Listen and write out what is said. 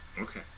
Okay